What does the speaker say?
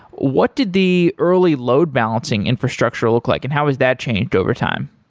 what did the early load-balancing infrastructure look like and how has that changed over time?